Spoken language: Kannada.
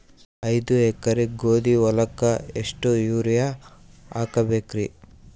ಐದ ಎಕರಿ ಗೋಧಿ ಹೊಲಕ್ಕ ಎಷ್ಟ ಯೂರಿಯಹಾಕಬೆಕ್ರಿ?